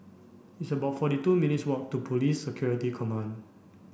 it's about forty two minutes' walk to Police Security Command